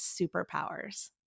superpowers